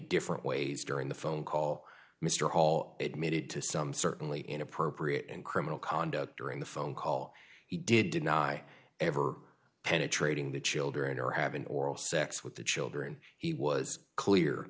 different ways during the phone call mr hall admitted to some certainly inappropriate and criminal conduct during the phone call he did deny ever penetrating the children or having oral sex with the children he was clear